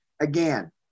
again